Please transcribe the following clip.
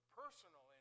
personal